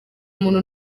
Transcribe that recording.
muntu